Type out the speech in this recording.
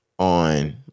On